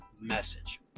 message